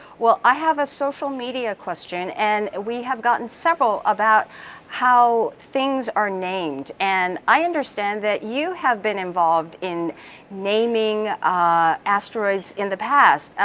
well i have a social media question. and we have gotten several about how things are named, and i understand that you have been involved in naming ah asteroids in the past,